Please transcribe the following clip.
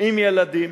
עם ילדים,